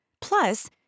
Plus